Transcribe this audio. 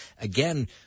Again